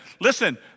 listen